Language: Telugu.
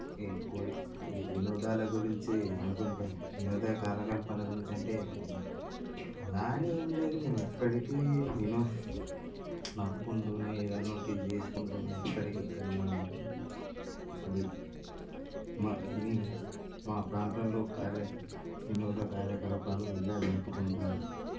ఈ కోడి ఈ వినోదాల గురించి అనుకుంటే వినోద కార్యకలాపాల గురించి అంటే నేను అలా అని ఏమీ లేదు మేము ఇప్పటికీ నఫ్ నవ్వుకుంటూనే ఏదైనా ఒకటి చేసుకుంటూనే ఎప్పటికీ ఇక్కడనే ఉంటే అది మా మీ మా ప్రాంతంలో కార్య వినోద కార్యకలాపాలు ఇలా జరుపుకుంటారు